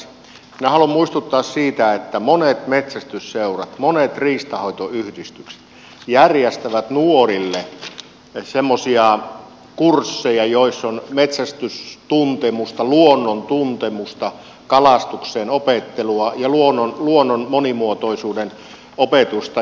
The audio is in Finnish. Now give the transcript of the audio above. minä haluan muistuttaa siitä että monet metsästysseurat monet riistanhoitoyhdistykset järjestävät nuorille semmoisia kursseja joissa on metsästystuntemusta luonnon tuntemusta kalastuksen opettelua ja luonnon monimuotoisuuden opetusta